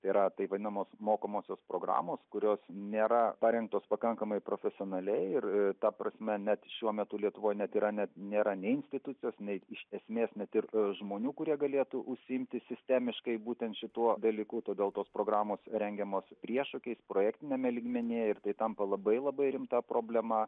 yra taip vadinamos mokomosios programos kurios nėra parengtos pakankamai profesionaliai ir ta prasme net šiuo metu lietuvoje net yra net nėra nei institucijos nei iš esmės net ir žmonių kurie galėtų užsiimti sistemiškai būtent šituo dalyku todėl tos programos rengiamos priešokiais projektiniame lygmenyje ir tai tampa labai labai rimta problema